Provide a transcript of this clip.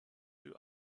you